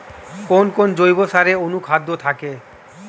কোন কোন জৈব সারে অনুখাদ্য থাকে?